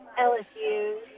LSU